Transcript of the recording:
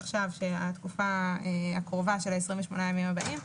התקופה הקרובה של ה-28 ימים הבאים,